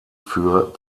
für